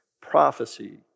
Prophecy